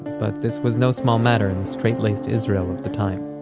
but this was no small matter in the straight-laced israel of the time